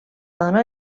donar